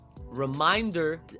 reminder